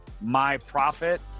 MY-PROFIT